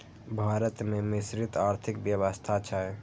भारत मे मिश्रित आर्थिक व्यवस्था छै